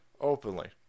openly